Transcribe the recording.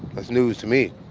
that's news to me.